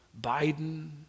Biden